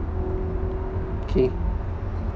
K